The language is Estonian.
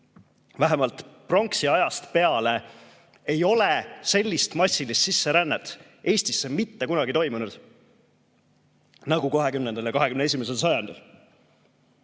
Vähemalt pronksiajast peale ei ole sellist massilist sisserännet Eestisse mitte kunagi toimunud, nagu 20. ja 21. sajandil.